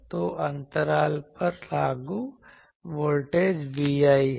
तो अंतराल पर लागू वोल्टेज Vi है